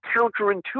counterintuitive